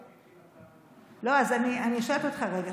אני שואלת אותך רגע.